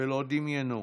ולא דמיינו.